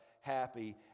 happy